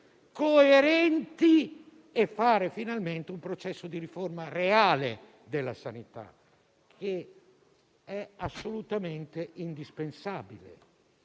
coerenti e fare finalmente un processo di riforma reale della sanità, che è assolutamente indispensabile.